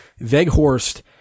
Veghorst